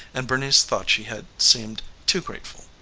and bernice thought she had seemed too grateful.